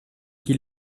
qui